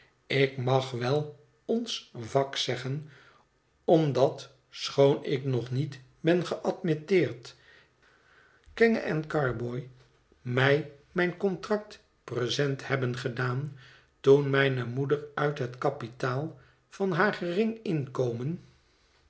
ik mag wel ons vak zeggen omdat schoon ik nog niet ben geadmitteerd kenge en carboy mij mijn contract present hebben gedaan toen mijne moeder uit het kapitaal van haar gering inkomen